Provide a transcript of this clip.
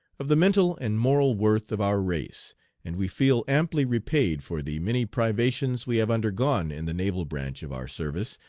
of the mental and moral worth of our race and we feel amply repaid for the many privations we have undergone in the naval branch of our service,